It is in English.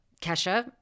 Kesha